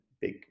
big